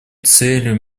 целью